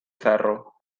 ferro